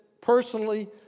personally